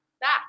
back